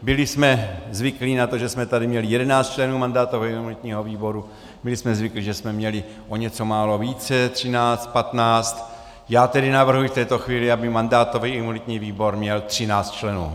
Byli jsme zvyklí na to, že jsme tady měli 11 členů mandátového a imunitního výboru, byli jsme zvyklí, že jsme měli o něco málo více, 13, 15, já tedy navrhuji v této chvíli, aby mandátový a imunitní výbor měl 13 členů.